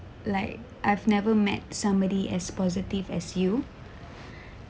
like I've never met somebody as positive as you